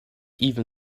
even